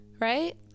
right